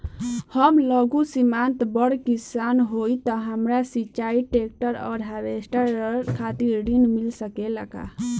हम लघु सीमांत बड़ किसान हईं त हमरा सिंचाई ट्रेक्टर और हार्वेस्टर खातिर ऋण मिल सकेला का?